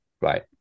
Right